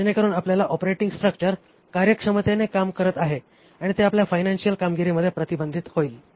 जेणेकरून आपले operating structure कार्यक्षमतेने काम करत आहे आणि ते आपल्या फायनान्शियल कामगिरीमध्ये प्रतिबिंबित होईल